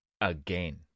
again